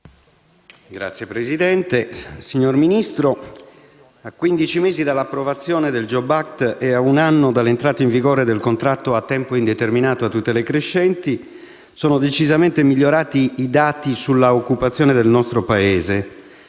Signor Ministro, a quindici mesi dall'approvazione del *jobs act* e a un anno dall'entrata in vigore del contratto a tempo indeterminato a tutele crescenti sono decisamente migliorati i dati sull'occupazione del nostro Paese.